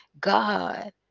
God